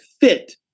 fit